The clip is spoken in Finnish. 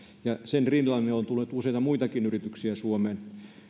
ja sen rinnalle meille on tullut nyt useita muitakin yrityksiä suomeen